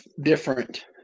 different